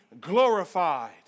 glorified